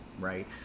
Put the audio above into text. right